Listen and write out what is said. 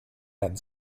and